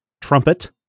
trumpet